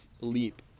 leap